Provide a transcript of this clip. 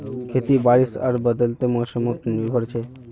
खेती बारिश आर बदलते मोसमोत निर्भर छे